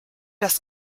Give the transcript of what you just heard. das